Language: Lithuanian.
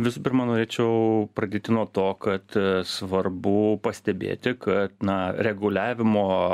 visų pirma norėčiau pradėti nuo to kad svarbu pastebėti kad na reguliavimo